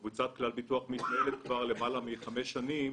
קבוצת כלל ביטוח מתנהלת כבר למעלה מחמש שנים